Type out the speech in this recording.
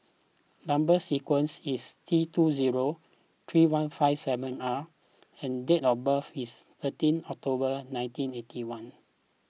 Number Sequence is T two zero three one five seven R and date of birth is thirteenth October nineteen eighty one